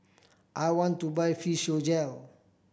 I want to buy Physiogel